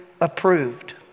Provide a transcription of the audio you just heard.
approved